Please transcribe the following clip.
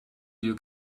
you